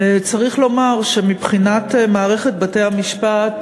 צריך לומר שמבחינת מערכת בתי-המשפט,